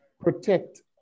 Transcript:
protect